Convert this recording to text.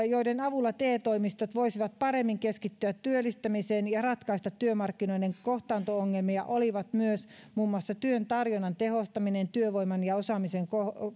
joiden avulla te toimistot voisivat paremmin keskittyä työllistämiseen ja ratkaista työmarkkinoiden kohtaanto ongelmia olivat myös muun muassa työn tarjonnan tehostaminen työvoiman ja osaamisen